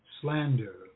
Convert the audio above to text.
slander